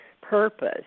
purpose